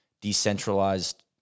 decentralized